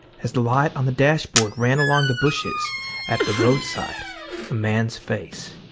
as the light on the dashboard ran along the bushes at the roadside a man's face.